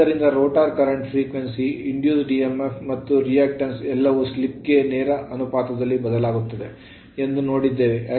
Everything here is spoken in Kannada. ಆದ್ದರಿಂದ ರೋಟರ್ current frequency ಪ್ರವಾಹದ ಆವರ್ತನ induced ಪ್ರೇರಿತ emf ಮತ್ತು reactance ಪ್ರತಿಕ್ರಿಯೆ ಎಲ್ಲವೂ ಸ್ಲಿಪ್ ಗೆ ನೇರ ಅನುಪಾತದಲ್ಲಿ ಬದಲಾಗುತ್ತದೆ ಎಂದು ನೋಡಿದ್ದೇವೆ